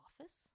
office